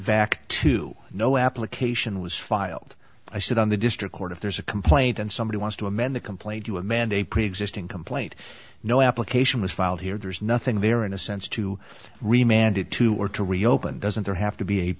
back to no application was filed i said on the district court if there's a complaint and somebody wants to amend the complaint to a mandate preexisting complaint no application was filed here there's nothing there in a sense to re mandate to or to reopen doesn't there have to be a